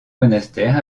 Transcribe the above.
monastère